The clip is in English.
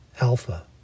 Alpha